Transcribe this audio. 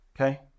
Okay